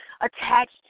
attached